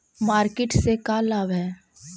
Market से का लाभ है?